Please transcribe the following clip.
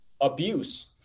abuse